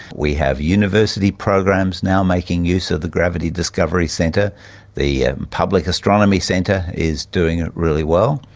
we have university programs now making use of the gravity discovery centre the public astronomy centre is doing really well.